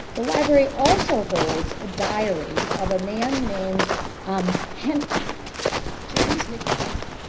the library also holds a diary of a man named um and james mchenry.